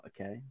Okay